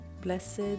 Blessed